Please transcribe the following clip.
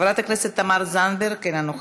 חברת הכנסת תמר זנדברג, אינה נוכחת,